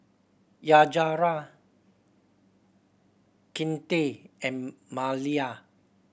Yajaira Kinte and Malia